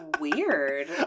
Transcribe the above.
weird